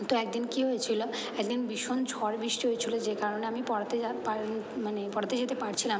তো এক দিন কি হয়েছিলো এক দিন ভীষণ ঝড় বৃষ্টি হয়েছিলো যে কারণে আমি পড়াতে মানে পড়াতে যেতে পারছিলাম না